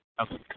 Okay